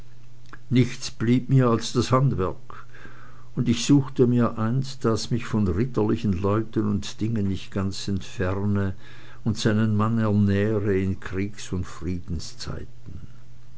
nichts blieb mir als das handwerk und ich suchte mir eines das mich von ritterlichen leuten und dingen nicht ganz entferne und seinen mann ernähre in kriegs und